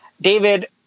David